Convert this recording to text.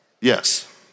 Yes